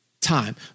time